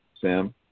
Sam